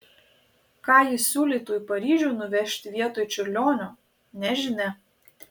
ką ji siūlytų į paryžių nuvežti vietoj čiurlionio nežinia